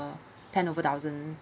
ten over thousand